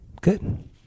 Good